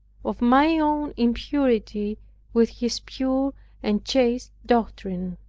of my own impurity with his pure and chaste doctrine.